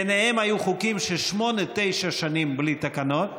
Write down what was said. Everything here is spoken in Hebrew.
וביניהם היו חוקים של שמונה-תשע שנים בלי תקנות.